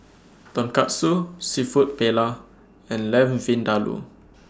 Tonkatsu Seafood Paella and Lamb Vindaloo